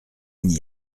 n’y